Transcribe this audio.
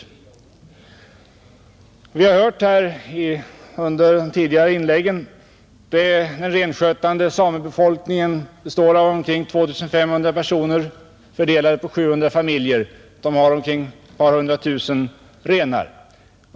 Vi har hört av de tidigare inläggen att den renskötande samebefolkningen består av omkring 2 500 personer, fördelade på 700 familjer. De har ett par hundra tusen renar.